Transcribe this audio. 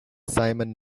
simon